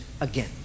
again